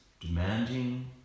demanding